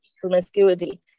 promiscuity